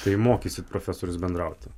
tai mokysit profesorius bendrauti